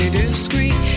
discreet